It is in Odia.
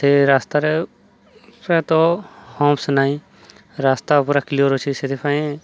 ସେ ରାସ୍ତାରେ ପ୍ରାୟତଃ ହମ୍ପସ୍ ପ୍ରାୟତଃ ନାହିଁ ରାସ୍ତା ପୁରା କ୍ଲିଅର୍ ଅଛି ସେଥିପାଇଁ